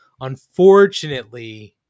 Unfortunately